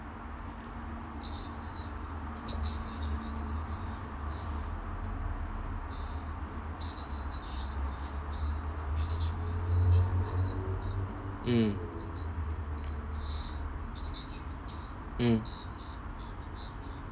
mm mm